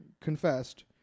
confessed